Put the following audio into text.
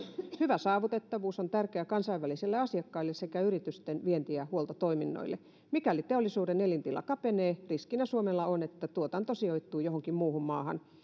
hyvä saavutettavuus on tärkeää kansainvälisille asiakkaille sekä yritysten vienti ja huoltotoiminnoille mikäli teollisuuden elintila kapenee suomella on riskinä että tuotanto sijoittuu johonkin muuhun maahan